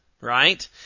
right